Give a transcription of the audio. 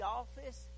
office